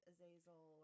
Azazel